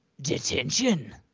Detention